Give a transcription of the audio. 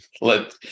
Let